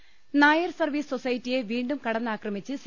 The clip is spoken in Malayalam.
ദർവ്വഹിദ് നായർ സർവീസ് സൊസൈറ്റിയെ വീണ്ടും കടന്നാക്രമിച്ച് സി